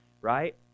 right